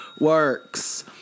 works